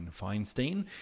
Feinstein